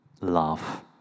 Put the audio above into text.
love